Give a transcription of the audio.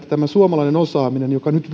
tämä suomalainen osaaminen valuu nyt